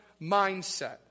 mindset